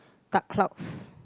dark clouds